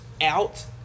out